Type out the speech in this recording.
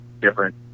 different